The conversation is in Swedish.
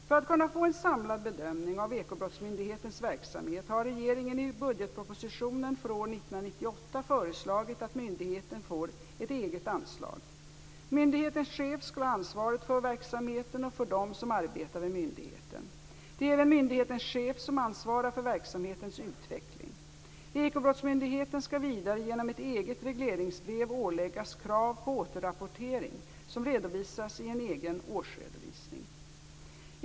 För att kunna få en samlad bedömning av Ekobrottsmyndighetens verksamhet har regeringen i budgetpropositionen för år 1998 föreslagit att myndigheten får ett eget anslag. Myndighetens chef skall ha ansvaret för verksamheten och för dem som arbetar vid myndigheten. Det är även myndighetens chef som ansvarar för verksamhetens utveckling. Ekobrottsmyndigheten skall vidare genom ett eget regleringsbrev åläggas krav på återrapportering som redovisas i en egen årsredovisning.